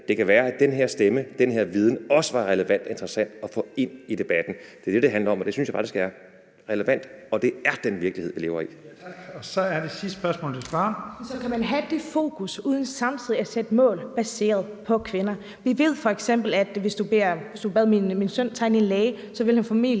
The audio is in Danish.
Det kan være, at den her stemme, den her viden også var relevant og interessant at få ind i debatten. Det er det, det handler om, og det synes jeg faktisk er relevant, og det er den virkelighed, vi lever i. Kl. 15:10 Første næstformand (Leif Lahn Jensen): Spørgeren. Kl. 15:10 Sólbjørg Jakobsen (LA): Kan man så have det fokus uden samtidig at sætte mål baseret på kvinder? Hvis du bad min søn tegne en læge, ville han